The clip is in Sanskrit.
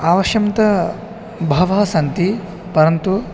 आवश्यकं त बहवः सन्ति परन्तु